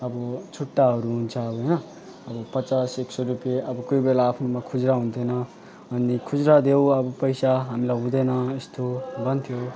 अब छुट्टाहरू हुन्छ होइन अब पचास एक सय रुपियाँ अब कोही बेला आफ्नोमा खुजुरा हुन्थेन अनि खुज्रा देऊ अब पैसा हामीलाई हुँदैन यस्तो भन्थ्यो